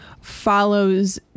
follows